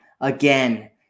again